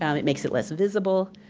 and it makes it less visible.